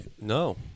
no